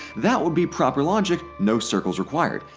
that would be proper logic, no circles required.